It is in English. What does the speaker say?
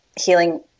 healing